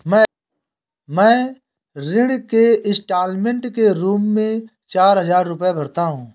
मैं ऋण के इन्स्टालमेंट के रूप में चार हजार रुपए भरता हूँ